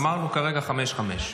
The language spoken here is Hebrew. אמרנו כרגע חמש-חמש.